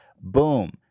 boom